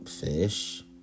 fish